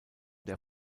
der